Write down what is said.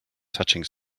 touching